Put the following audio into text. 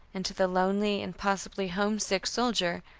and to the lonely and possibly homesick soldier,